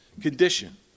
condition